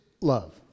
love